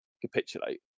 capitulate